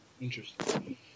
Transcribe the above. Interesting